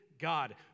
God